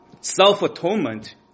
Self-atonement